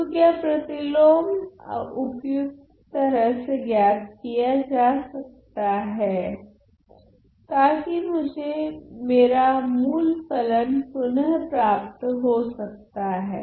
तो क्या प्रतिलोम उपयुक्त तरह से ज्ञात किया जा सकता है ताकि मुझे मेरा मूल फलन पुनः प्राप्त हो सकता हैं